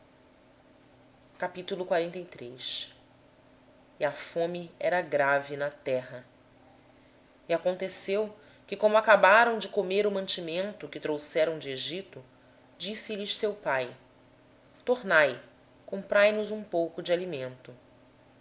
seol ora a fome era gravíssima na terra tendo eles acabado de comer o mantimento que trouxeram do egito disse-lhes seu pai voltai comprai nos um pouco de alimento